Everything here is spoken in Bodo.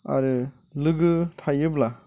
आरो लोगो थायोब्ला